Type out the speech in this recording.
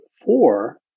four